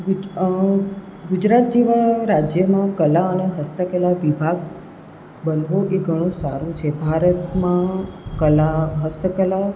ગુજ ગુજરાત જેવા રાજ્યમાં કલા અને હસ્તકલા વિભાગ બનવો એ ઘણું સારું છે ભારતમાં કલા હસ્તકલા